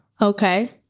Okay